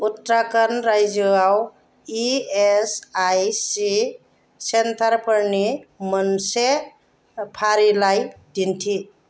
उत्तराखन्ड रायजोआव E S I C सेन्टारफोरनि मोनसे फारिलाइ दिन्थि